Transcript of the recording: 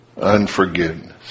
Unforgiveness